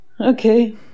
Okay